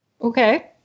Okay